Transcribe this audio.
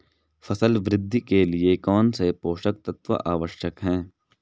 फसल वृद्धि के लिए कौनसे पोषक तत्व आवश्यक हैं?